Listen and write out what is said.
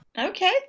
Okay